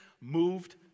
moved